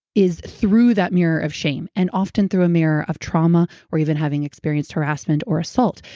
is through that mirror of shame and often through a mirror of trauma or even having experienced harassment or assault.